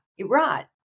Right